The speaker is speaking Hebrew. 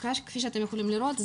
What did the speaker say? כפי שאתם יכולים לראות,